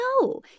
no